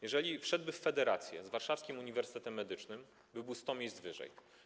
Jeżeli wszedłby w federację z Warszawskim Uniwersytetem Medycznym byłby o 100 miejsc wyżej.